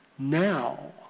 Now